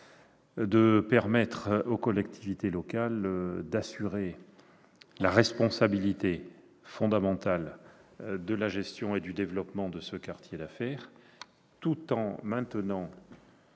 de permettre aux collectivités locales d'assurer la responsabilité pleine et entière de la gestion et du développement de ce quartier d'affaires. Bien